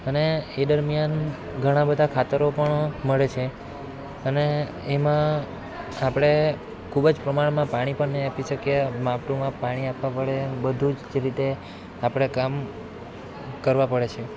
અને એ દરમિયાન ઘણાં બધાં ખાતરો પણ મળે છે અને એમાં આપણે ખૂબ જ પ્રમાણમાં પાણી પણ નહીં આપી શકીએ માપ ટુ માપ પાણી આપવા પડે બધું જ રીતે આપણે કામ કરવા પડે છે